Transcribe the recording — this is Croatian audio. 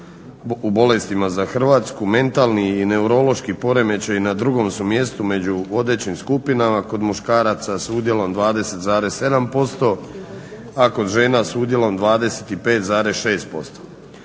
u bolestima za Hrvatsku, mentalni i neurološki poremećaj na drugom su mjestu među vodećim skupinama, kod muškaraca s udjelom 20,7%, a kod žena s udjelom 25,6%.